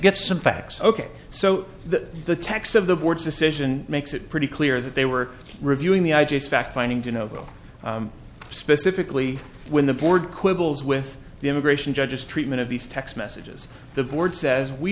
get some facts ok so that the text of the board's decision makes it pretty clear that they were reviewing the i just fact finding to know specifically when the board quibbles with the immigration judges treatment of these text messages the board says we